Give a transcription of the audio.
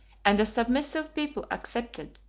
and a submissive people accepted,